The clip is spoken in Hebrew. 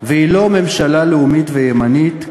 והיא לא ממשלה לאומית וימנית,